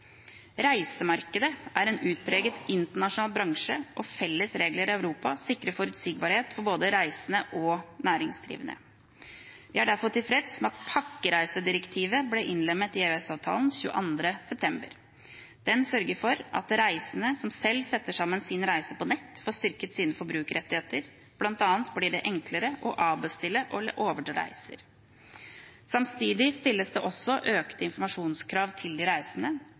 Reisemarkedet er en utpreget internasjonal bransje, og felles regler i Europa sikrer forutsigbarhet for både reisende og næringsdrivende. Vi er derfor tilfreds med at pakkereisedirektivet ble innlemmet i EØS-avtalen 22. september i år. Det sørger for at reisende som selv setter sammen sin reise på nettet, får styrket sine forbrukerrettigheter. Blant annet blir det enklere å avbestille eller overdra reiser. Samtidig stilles det også økte informasjonskrav til de reisende.